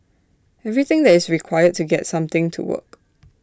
everything that is required to get something to work